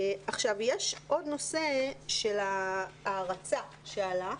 עכשיו, יש עוד נושא של הערצה שעלה,